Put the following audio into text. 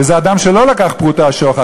וזה אדם שלא לקח פרוטה שוחד,